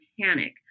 panic